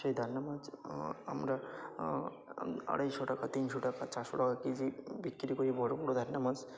সেই দান্নে মাছ আমরা আড়াইশো টাকা তিনশো টাকা চারশো টাকা কেজি বিক্রি করি বড় বড় দান্নে মাছ